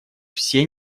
все